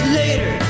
later